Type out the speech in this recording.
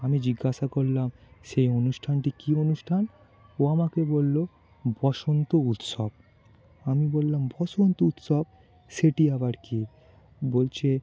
আমি জিজ্ঞাসা করলাম সেই অনুষ্ঠানটি কী অনুষ্ঠান ও আমাকে বলল বসন্ত উৎসব আমি বললাম বসন্ত উৎসব সেটি আবার কী বলছে